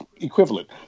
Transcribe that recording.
Equivalent